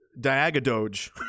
Diagadoge